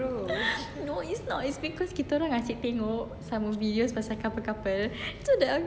no it's not it's because kita orang asyik tengok some videos pasal couple couple so the algorithm just